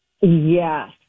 Yes